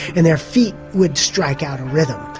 and their feet would strike out a rhythm.